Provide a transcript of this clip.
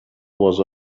was